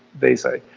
they say.